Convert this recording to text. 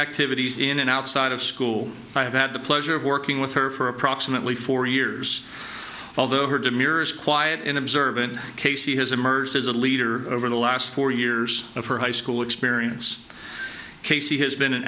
activities in and outside of school i have had the pleasure of working with her for approximately four years although her demure is quiet and observant casey has emerged as a leader over the last four years of her high school experience casey has been an